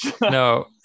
No